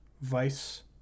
vice